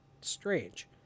strange